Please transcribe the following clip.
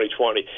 2020